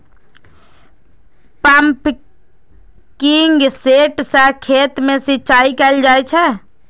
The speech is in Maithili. पंपिंग सेट सं खेत मे सिंचाई कैल जाइ छै